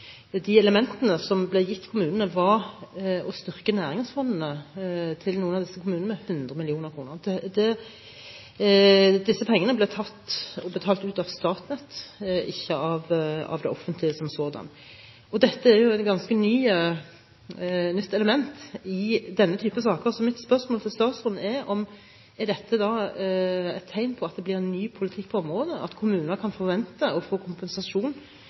de elementene som ble gitt kommunene, var å styrke næringsfondene til noen av disse kommunene – 100 mill. kr. Disse pengene ble tatt og betalt ut av Statnett, ikke av det offentlige som sådant. Dette er et ganske nytt element i denne typen saker, så mitt spørsmål til statsråden er om dette er et tegn på en ny politikk på området, at kommuner kan forvente å få kompensasjon